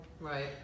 Right